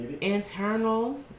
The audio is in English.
Internal